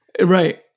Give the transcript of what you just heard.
Right